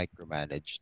micromanaged